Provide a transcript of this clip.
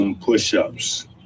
push-ups